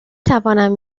توانم